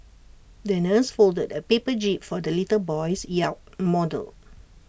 the nurse folded A paper jib for the little boy's yacht model